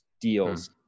deals